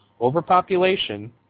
overpopulation